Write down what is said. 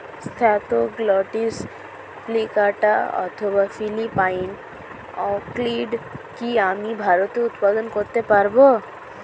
Spathoglottis plicata অথবা Philippine orchid কি আমি ভারতে উৎপাদন করতে পারবো?